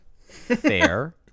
Fair